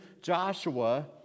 Joshua